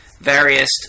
various